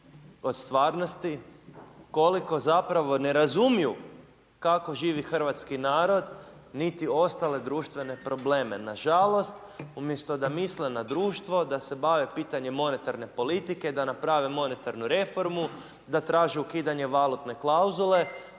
od stvarnosti, koliko zapravo ne razumiju kako živi hrvatski narod niti ostale društvene probleme. Nažalost, umjesto da misle na društvo, da se bave pitanjem monetarne politike, da naprave monetarnu reformu, da traže ukidanje valutne klauzule,